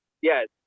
yes